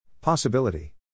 Possibility